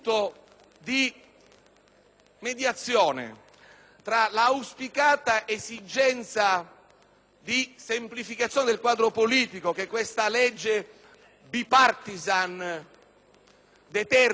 mediazione tra l'auspicata esigenza di semplificazione del quadro politico che questa legge *bipartisan* determina,